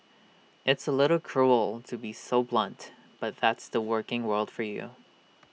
it's A little cruel to be so blunt but that's the working world for you